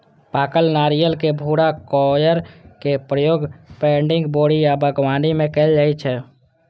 पाकल नारियलक भूरा कॉयर के उपयोग पैडिंग, बोरी आ बागवानी मे कैल जाइ छै